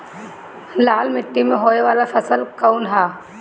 लाल मीट्टी में होए वाला फसल कउन ह?